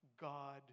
God